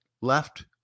left